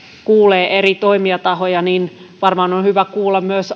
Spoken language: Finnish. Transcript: kuulee eri toimijatahoja niin varmaan on hyvä kuulla myös